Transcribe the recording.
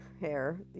hair